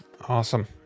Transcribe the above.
awesome